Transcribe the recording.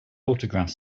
autograph